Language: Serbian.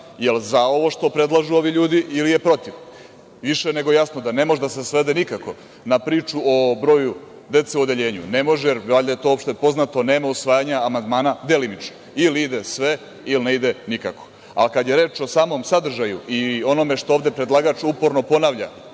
li je za ovo što predlažu ovi ljudi ili je protiv? Više nego jasno je da ne može da se svede nikako na priču o broju dece u odeljenju. Ne može, jer valjda je to opšte poznato da nema usvajanja amandmana delimično, ili ide sve, ili ne ide nikako. Kada je reč o samom sadržaju i onome što ovde predlagač uporno ponavlja,